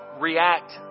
react